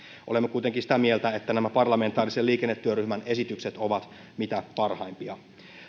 olemme kuitenkin sitä mieltä että nämä parlamentaarisen liikennetyöryhmän esitykset ovat mitä parhaimpia